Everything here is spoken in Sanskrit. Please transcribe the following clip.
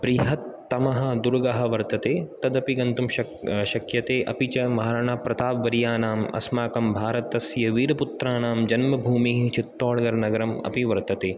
बृहत्तमः दुर्गः वर्तते तदपि गन्तुं शक् शक्यते अपि च महाराणाप्रतापवर्यानाम् अस्माकं भारतस्य वीरपुत्राणां जन्मभूमिः चितौडगढ् नगरम् अपि वर्तते